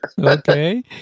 okay